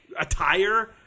Attire